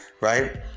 right